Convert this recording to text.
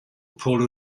polo